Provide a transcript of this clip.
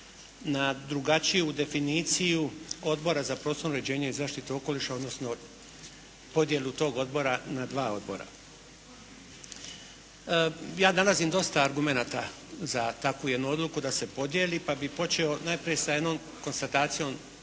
na drugačiju definiciju Odbora za prostorno uređenje i zaštitu okoliša odnosno podjelu tog odbora na dva odbora. Ja nalazim dosta argumenata za takvu jednu odluku da se podijeli pa bi počeo najprije sa jednom konstatacijom